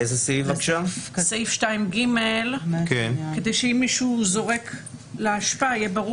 זה נועד להבהיר שאם מישהו זורק זבל לאשפה לא ייתנו לו